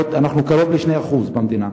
אנחנו קרוב ל-2% במדינה,